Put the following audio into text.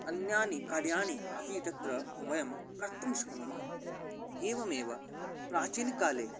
अन्यानि कार्याणि अपि तत्र वयं कर्तुं शक्नुमः एवमेव प्राचीनकाले